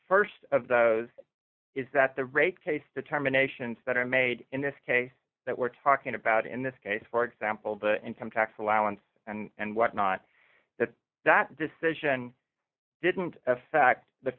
the st of those is that the rate case determinations that are made in this case that we're talking about in this case for example the income tax allowance and whatnot that that decision didn't affect the